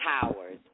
powers